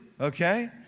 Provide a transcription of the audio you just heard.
okay